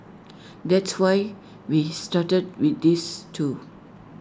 that's why we started with these two